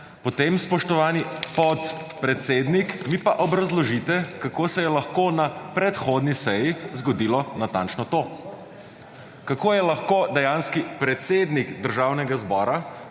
Potem, spoštovani podpredsednik, mi pa obrazložite kako se je lahko na predhodni seji zgodilo natančno to. Kako je lahko dejanski predsednik Državnega zbora